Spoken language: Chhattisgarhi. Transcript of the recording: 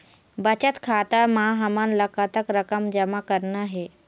बचत खाता म हमन ला कतक रकम जमा करना हे?